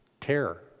terror